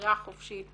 הבחירה החופשית